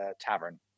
tavern